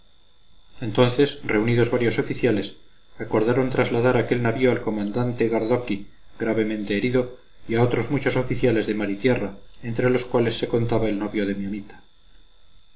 entonces reunidos varios oficiales acordaron trasladar a aquel navío al comandante gardoqui gravemente herido y a otros muchos oficiales de mar y tierra entre los cuales se contaba el novio de mi amita